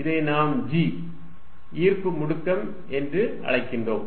இதை நாம் g ஈர்ப்பு முடுக்கம் என்று அழைக்கிறோம்